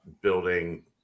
building